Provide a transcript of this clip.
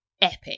epic